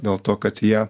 dėl to kad jie